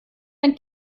ein